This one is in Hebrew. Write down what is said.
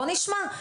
בוא נשמע.